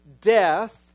death